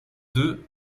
deux